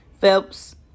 Phelps